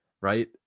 right